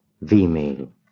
V-Mail